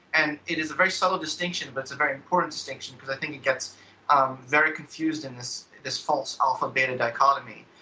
and it is a very shallow distinction but a very important distinction because i think it gets um very confused in this this false alpha-beta dichotomy.